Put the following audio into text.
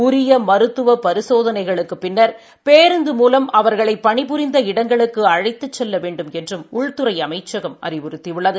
உரிய மருத்துவ பரிசோதனைகளுக்குப் பின்னர் பேருந்து மூலம் அவர்களை பணி புரிந்த இடங்களுக்கு அழைத்துச் செல்ல வேண்டுமென்றும் உள்துறை அமைச்சம் அறிவுறுத்தியுள்ளது